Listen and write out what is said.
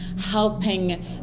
helping